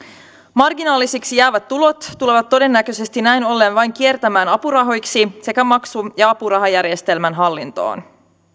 marginaalisiksi jäävät tulot tulevat todennäköisesti näin ollen vain kiertämään apurahoiksi sekä maksu ja apurahajärjestelmän hallintoon